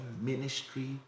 ministry